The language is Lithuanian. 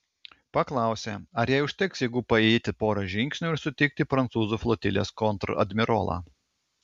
paklausė ar jai užteks jėgų paėjėti porą žingsnių ir sutikti prancūzų flotilės kontradmirolą